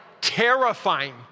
terrifying